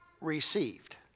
received